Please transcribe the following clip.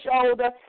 shoulder